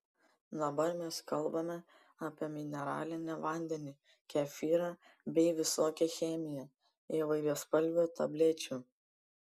dabar mes kalbame apie mineralinį vandenį kefyrą bei visokią chemiją įvairiaspalvių tablečių